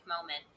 moment